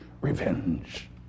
revenge